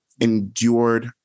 endured